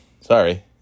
sorry